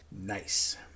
Nice